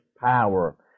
power